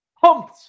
pumped